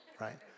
right